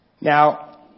Now